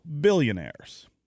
billionaires